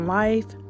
life